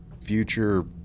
future